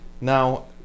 now